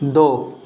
دو